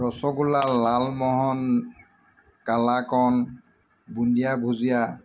rasgulla lalmohan kalakand bundiya ভুজিয়া